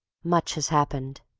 much has happened.